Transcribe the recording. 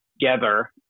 together